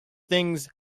things